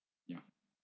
ya